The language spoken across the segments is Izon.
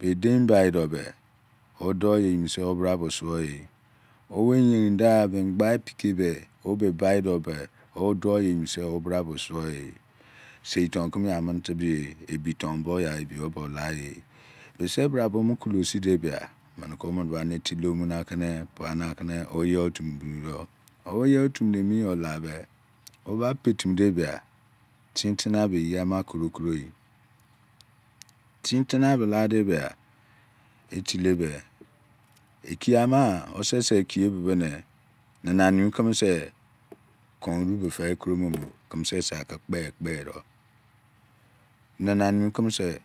Edein bai dobe odie eyi minin obraduosuoye owe eyerim da begba eyerin be odou eyimini se obraduo suo eh sei ton keme ya amene tebe ye ebitonkemeya ebi obola ye bise bwa bo omu ku lesin do bia meneke omeneba etile omunake mia nake oweye otumene brudo ome ye otumena emiyo labe oba petimi debia tin tinabe eyiama krokro yi tinabe eyiama krokro yi tintina lo lade ba etile be ekiye ama gba osese eki ye bebene nina nimi kemese kon orube die kromo bo osese ake kpekpe do nananimike mese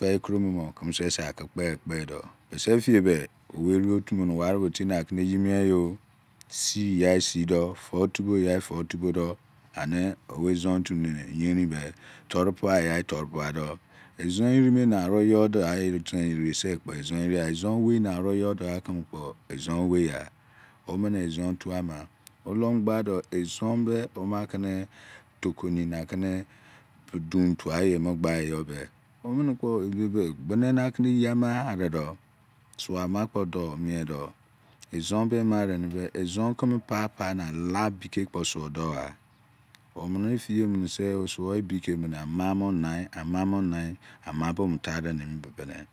diekromo bo keme sese ake krkpe do bisesie be owermene wari botimi nakene eyi miei yo siyi yai sido oou tuboiyi yai doutubo do ani owo ezon otu mene eyerin be toiupueiya torupua do ezon ere ne aru you digha yese ezon eregha ezonowe ne owei gha omene ezon otuama olomu gbado ezon be oma kene tokoni akene dontuaye gbayi yobe omene kpo ebe be gbene eyiama aredo suama kpo do miedo ezon be emarenimi be ezon keme papa ne a la bike kpo suo dogha omene epie menese osuoyi bikemene ama mona amamonai ama be omutarenimi bene